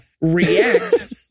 react